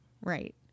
Right